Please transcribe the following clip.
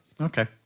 Okay